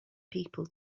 people